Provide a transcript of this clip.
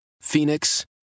Phoenix